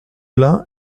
lin